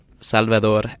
Salvador